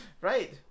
Right